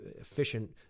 efficient